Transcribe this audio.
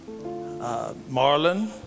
Marlon